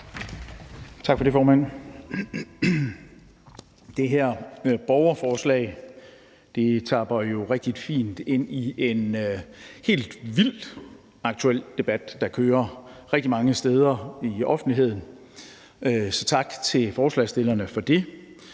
Tak for det, formand. Det her borgerforslag tapper jo rigtig fint ind i en helt vildt aktuel debat, der kører rigtig mange steder i offentligheden. Så tak til forslagsstillerne for det.